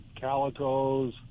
calicos